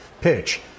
pitch